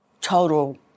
total